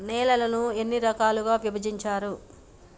నేలలను ఎన్ని రకాలుగా విభజించారు?